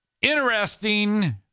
interesting